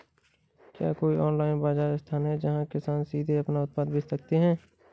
क्या कोई ऑनलाइन बाज़ार स्थान है जहाँ किसान सीधे अपने उत्पाद बेच सकते हैं?